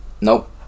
Nope